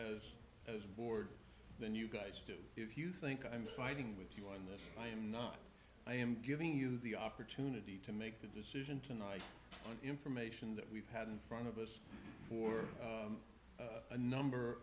s as a board than you guys do if you think i'm fighting with you on this i am not i am giving you the opportunity to make the decision tonight on information that we've had in front of us for a number